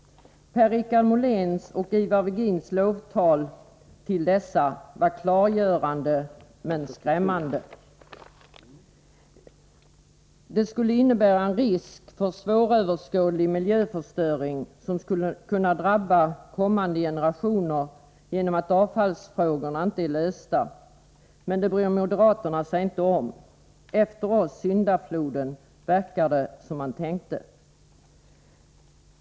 Per-Richard Moléns och Ivar Virgins lovtal till dessa var klargörande men skrämmande. Sådana anläggningar skulle innebära en risk för svåröverskådlig miljöförstöring, som skulle kunna drabba kommande generationer. Avfallsfrågorna är ju inte lösta. Men detta bryr sig moderaterna inte om. Efter oss syndafloden, verkar det som man tänkte.